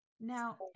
now